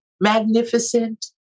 magnificent